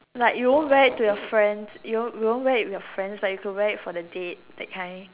like you won't wear it to your friends you won't you won't wear it with your friends but you could wear for the date that kind